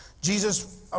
Jesus